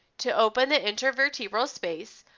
to open the intervertebral space,